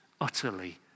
utterly